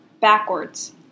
backwards